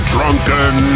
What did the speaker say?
Drunken